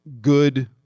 good